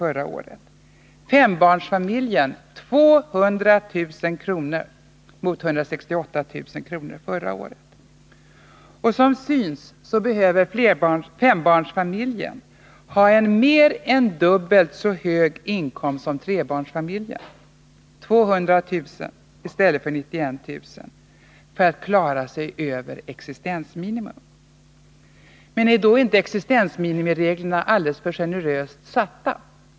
förra året, fembarnsfamiljen 200 000 kr. mot 168 000 kr. förra året. Som synes behöver fembarnsfamiljen ha en mer än dubbelt så hög inkomst som trebarnsfamiljen — 200 000 kr. i stället för 91 000 kr. — för att klara sig över existensminimum. Men är då inte existensminimireglerna alldeles för generöst satta?